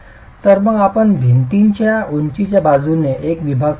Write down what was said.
तर मग आपण भिंतीच्या उंचीच्या बाजूचे एक विभाग तपासू